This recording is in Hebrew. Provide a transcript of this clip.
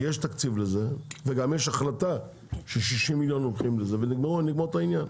כי יש תקציב לזה וגם יש החלטה ש-60 מיליון הולכים לזה ונגמור את העניין.